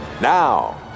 Now